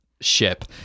ship